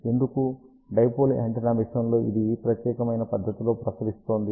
ఎందుకు dipole antenna విషయంలో ఇది ఈ ప్రత్యేకమైన పద్ధతిలో ప్రసరిస్తోంది